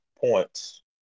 points